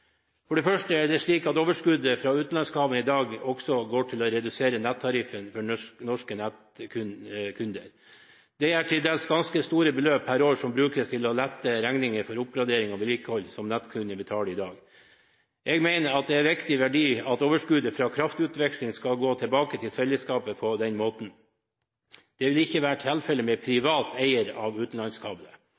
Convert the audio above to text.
For det første er det slik at overskuddet fra utenlandskablene i dag går til å redusere nettariffen for norske nettkunder. Det er til dels ganske store beløp per år som brukes til å lette regningen for oppgraderinger og vedlikehold – som nettkundene betaler i dag. Jeg mener det er en viktig verdi at overskuddet fra kraftutvekslingen skal gå tilbake til fellesskapet på den måten. Det vil ikke være tilfellet med en privat eier av